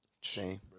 Shame